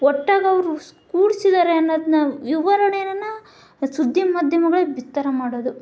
ಒಟ್ಟಾಗಿ ಅವರು ಕೂಡಿಸಿದ್ದಾರೆ ಅನ್ನೋದನ್ನ ವಿವರಣೆಯನ್ನು ಸುದ್ದಿ ಮಾಧ್ಯಮಗಳು ಬಿತ್ತಾರ ಮಾಡೋದು